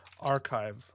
archive